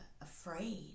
afraid